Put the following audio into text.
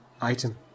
Item